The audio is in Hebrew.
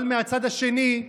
אבל מהצד השני,